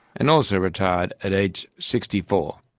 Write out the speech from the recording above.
and also retired at age sixty four.